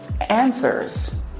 answers